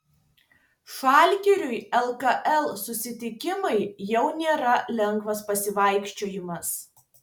žalgiriui lkl susitikimai jau nėra lengvas pasivaikščiojimas